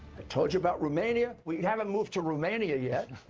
i told you about romania. we haven't moved to romania yet.